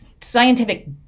scientific